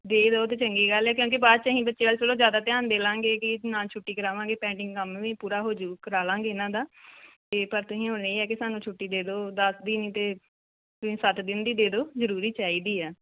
ਦੇ ਦਿਉ ਤਾਂ ਚੰਗੀ ਗੱਲ ਆ ਕਿਉਂਕਿ ਬਾਅਦ 'ਚ ਅਸੀਂ ਬੱਚੇ ਵੱਲ ਥੋੜ੍ਹਾ ਜ਼ਿਆਦਾ ਧਿਆਨ ਦੇ ਲਾਂਗੇ ਕਿ ਅਸੀਂ ਨਾ ਛੁੱਟੀ ਕਰਾਵਾਂਗੇ ਪੈਂਡਿੰਗ ਕੰਮ ਵੀ ਪੂਰਾ ਹੋਜੂ ਕਰਾ ਲਾਂਗੇ ਇਹਨਾਂ ਦਾ ਅਤੇ ਪਰ ਤੁਸੀਂ ਹੁਣ ਇਹ ਆ ਕਿ ਸਾਨੂੰ ਛੁੱਟੀ ਦੇ ਦਿਉ ਦਸ ਦੀ ਨਹੀਂ ਤਾਂ ਤੁਸੀਂ ਸੱਤ ਦਿਨ ਦੀ ਦੇ ਦਿਉ ਜ਼ਰੂਰੀ ਚਾਹੀਦੀ ਹੈ